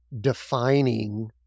defining